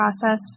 process